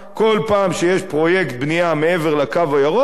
כל פעם שיש בנייה מעבר ל"קו הירוק",